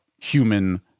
human